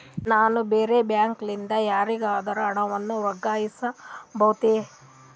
ನಾನು ಬೇರೆ ಬ್ಯಾಂಕ್ ಲಿಂದ ಯಾರಿಗಾದರೂ ಹಣವನ್ನು ವರ್ಗಾಯಿಸಬಹುದೇ?